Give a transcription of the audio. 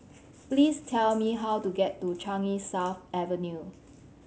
please tell me how to get to Changi South Avenue